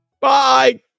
Bye